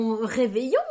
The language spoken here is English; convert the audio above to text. Réveillons